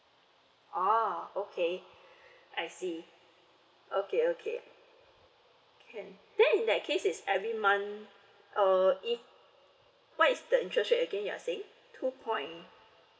ah okay I see okay okay can then in that case is every month uh it what is the interest rate again you are saying two point